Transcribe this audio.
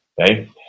Okay